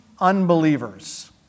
unbelievers